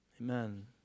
Amen